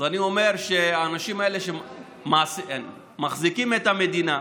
אני אומר שהאנשים האלה, שמחזיקים את המדינה,